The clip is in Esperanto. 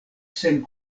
sen